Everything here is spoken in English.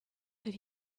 but